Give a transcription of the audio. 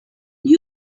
tell